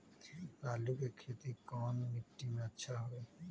आलु के खेती कौन मिट्टी में अच्छा होइ?